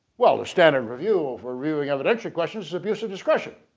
well the standard review of reviewing other district questions abuse of discretion.